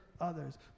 others